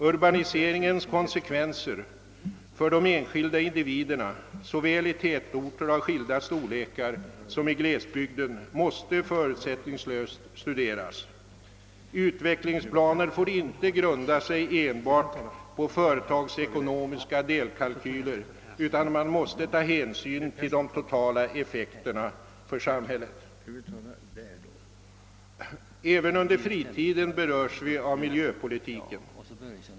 Urbaniseringsprocessens konsekvenser för de enskilda individerna såväl i tätorter av skilda storlekar som i glesbygden måste förutsättningslöst studeras. Utvecklingsplaner får inte grunda sig enbart på företagsekonomiska delkalkyler, utan man måste ta hänsyn till de totala effekterna för samhället. Även under fritiden berörs vi av miljöpolitiken.